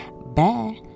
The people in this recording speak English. bye